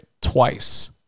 twice